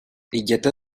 jděte